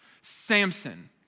Samson